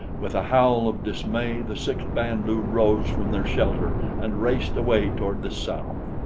with a howl of dismay the six band-lu rose from their shelter and raced away toward the south.